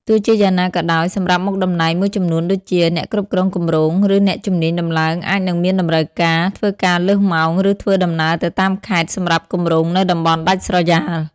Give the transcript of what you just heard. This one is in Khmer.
ទោះជាយ៉ាងណាក៏ដោយ សម្រាប់មុខតំណែងមួយចំនួនដូចជា អ្នកគ្រប់គ្រងគម្រោង ឬអ្នកជំនាញដំឡើងអាចនឹងមានតម្រូវការ ធ្វើការលើសម៉ោង ឬធ្វើដំណើរទៅតាមខេត្ត សម្រាប់គម្រោងនៅតំបន់ដាច់ស្រយាល។